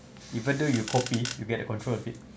even though you copy you get the control of it